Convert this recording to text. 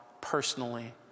personally